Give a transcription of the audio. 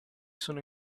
sono